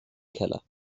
keller